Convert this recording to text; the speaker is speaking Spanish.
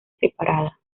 separada